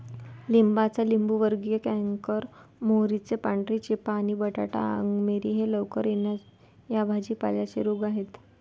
लिंबाचा लिंबूवर्गीय कॅन्कर, मोहरीची पांढरी चेपा आणि बटाटा अंगमेरी हे लवकर येणा या भाजी पाल्यांचे रोग आहेत